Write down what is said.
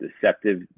deceptive